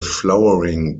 flowering